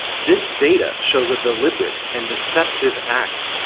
this data shows a deliberate and deceptive act,